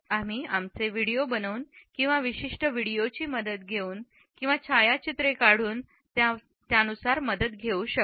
आम्ही आमचे व्हिडिओ बनवून किंवा विशिष्ट व्हिडीओ ची मदत घेऊन किंवा छायाचित्रे काढून यामध्ये मदत घेऊ शकतो